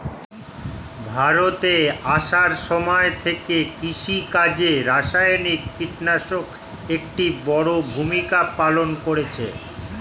ভারতে আসার সময় থেকে কৃষিকাজে রাসায়নিক কিটনাশক একটি বড়ো ভূমিকা পালন করেছে